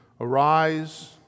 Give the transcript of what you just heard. Arise